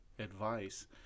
advice